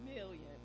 Million